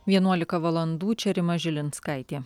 vienuolika valandų čia rima žilinskaitė